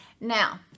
now